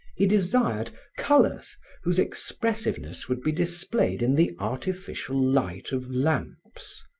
he desired colors whose expressiveness would be displayed in the artificial light of lamps.